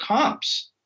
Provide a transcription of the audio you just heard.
comps